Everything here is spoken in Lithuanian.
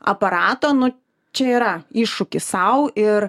aparato nu čia yra iššūkis sau ir